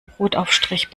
brotaufstrich